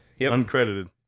Uncredited